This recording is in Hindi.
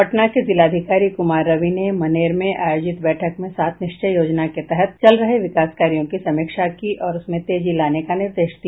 पटना के जिलाधिकारी कुमार रवि ने मनेर में आयोजित बैठक में सात निश्चय योजना के तहत चल रहे विकास कार्यों की समीक्षा की और उसमें तेजी लाने का निर्देश दिया